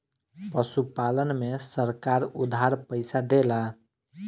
पशुपालन में सरकार उधार पइसा देला?